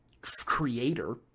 creator